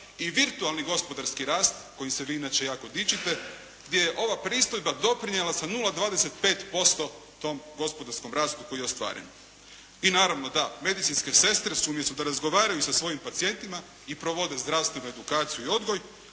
I virtualni gospodarski rast kojim se vi inače jako dičite je ova pristojba doprinijela sa 0,25% tom gospodarskom rastu koji je ostvaren. I naravno da, medicinske sestre su umjesto da razgovaraju sa svojim pacijentima i provode zdravstvenu edukaciju i odgoj